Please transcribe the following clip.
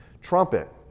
trumpet